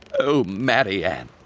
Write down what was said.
o! marianne!